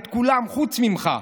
את כולם חוץ ממך.